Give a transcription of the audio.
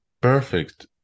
perfect